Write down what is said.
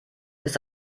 ist